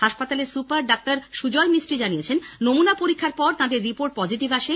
হাসপাতালের super doctor Sujoy Mistry জানিয়েছেন নমুনা পরীক্ষার পর তাঁদের রিপোর্ট পজিটিভ আসে